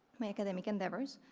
my academic endeavors,